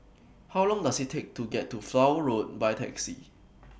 How Long Does IT Take to get to Flower Road By Taxi